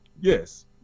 Yes